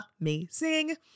amazing